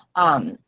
um,